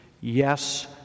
yes